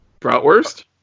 Bratwurst